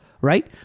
right